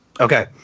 Okay